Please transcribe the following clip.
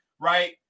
right